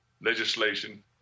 legislation